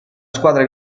squadra